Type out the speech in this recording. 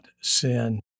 sin